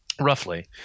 roughly